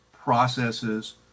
processes